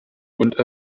und